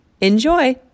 Enjoy